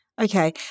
Okay